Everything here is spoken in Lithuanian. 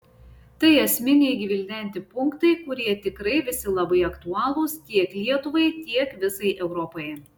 tai esminiai gvildenti punktai kurie tikrai visi labai aktualūs tiek lietuvai tiek visai europai